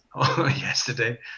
yesterday